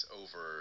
over